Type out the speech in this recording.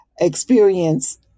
experience